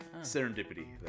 serendipity